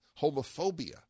homophobia